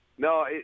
No